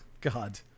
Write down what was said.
god